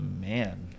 man